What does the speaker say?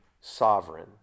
sovereign